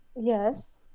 Yes